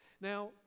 now